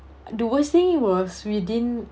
the worst thing was we didn't